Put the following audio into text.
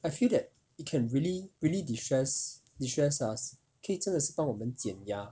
I feel that it can really really destress destress us 可以真的是帮我们减压